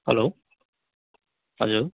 hello हजुर